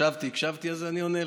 ישבתי, הקשבתי, אז אני עונה לך.